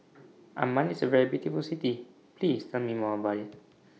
Amman IS A very beautiful City Please Tell Me More about IT